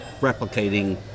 replicating